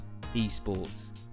esports